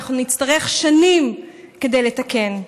אנחנו נצטרך שנים כדי לתקן.